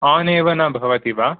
आनेव न भवति वा